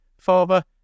father